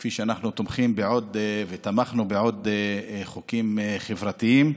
כפי שאנחנו תומכים ותמכנו בעוד חוקים חברתיים.